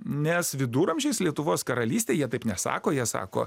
nes viduramžiais lietuvos karalystė jie taip nesako jie sako